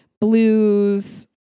blues